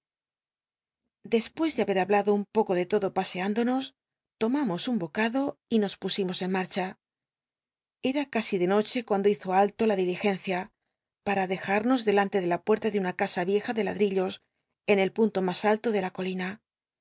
dcspues ele haber hablado un poco de lodo pa c i ndonos tomamos un bocado y nos pu imos en marcha era casi de noche cu mdo hizo alto in diligencia para dejarnos delante de la puerta de una casa vieja de ladrillos en el punto mas alto de la colina